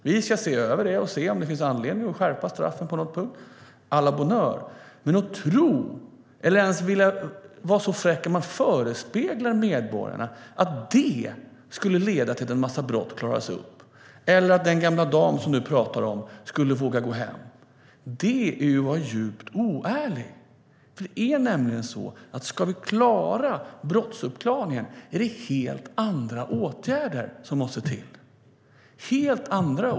Vi ska se över frågan och se om det finns anledning att skärpa straffen på någon punkt - à la bonne heure. Men att tro eller vara så fräck att man förespeglar medborgarna att detta skulle leda till att en massa brott klaras upp eller att den gamla dam som du talar om, Ellen Juntti, skulle våga gå hem är att vara djupt oärlig. Ska vi ordna brottsuppklaringen är det helt andra åtgärder som måste till.